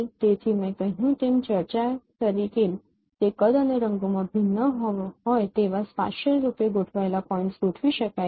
તેથી મેં કહ્યું તેમ ચર્ચા તરીકે તે કદ અને રંગોમાં ભિન્ન હોય તેવા સ્પાશિયલ રૂપે ગોઠવાયેલા પોઇન્ટ્સ ગોઠવી શકાય છે